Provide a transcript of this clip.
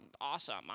awesome